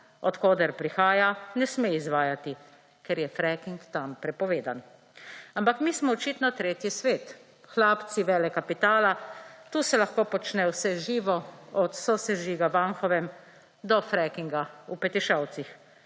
od koder prihaja ne sme izvajati, ker je fracking tam prepovedan. Ampak mi smo očitno tretji svet. Hlapci velekapitala. Tu se lahko počne vse živo, od sosežiga v Anhovem do fracinga v Petišovcih.